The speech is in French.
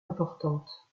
importantes